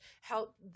help